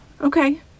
Okay